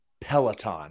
Peloton